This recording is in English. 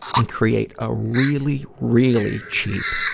and create a really, really cheap,